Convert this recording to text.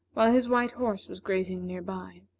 while his white horse was grazing near by.